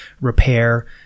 repair